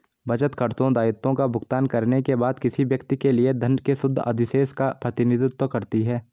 बचत, खर्चों, दायित्वों का भुगतान करने के बाद किसी व्यक्ति के लिए धन के शुद्ध अधिशेष का प्रतिनिधित्व करती है